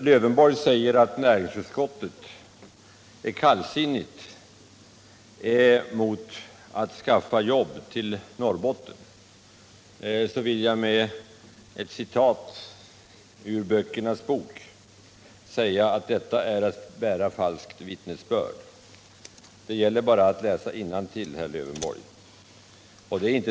Lövenborg säger att näringsutskottet ställer sig kallsinnigt till att skaffa jobb till Norrbotten. Jag vill då med ett citat ur Böckernas Bok säga att detta är att bära falskt vittnesbörd. Det är bara att läsa innantill i utskottsbetänkandet, Alf Lövenborg.